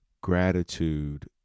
gratitude